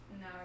No